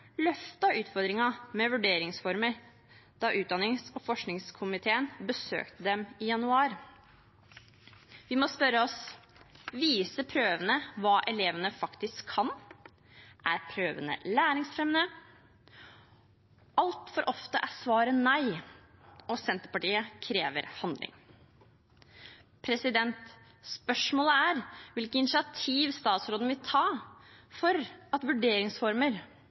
med vurderingsformer da utdannings- og forskningskomiteen besøkte dem i januar. Vi må spørre oss: Viser prøvene hva elevene faktisk kan? Er prøvene læringsfremmende? Altfor ofte er svaret nei. Senterpartiet krever handling. Spørsmålet er hvilke initiativ statsråden vil ta for at vurderingsformer,